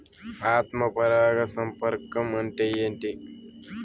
ఆత్మ పరాగ సంపర్కం అంటే ఏంటి?